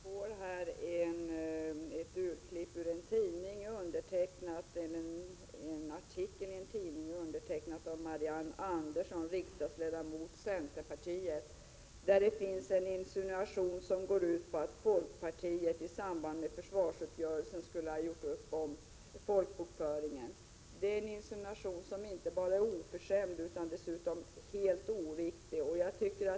Fru talman! Jag har här ett urklipp från en tidning av en artikel undertecknad av Marianne Andersson, riksdagsledamot för centerpartiet. I artikeln finns en insinuation som går ut på att folkpartiet i samband med försvarsuppgörelsen skulle ha gjort upp om folkbokföringen. Det är en insinuation som inte bara är oförskämd utan dessutom är helt oriktig.